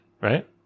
right